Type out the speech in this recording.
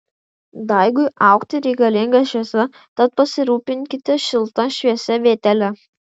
daigui augti reikalinga šviesa tad pasirūpinkite šilta šviesia vietele